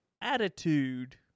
attitude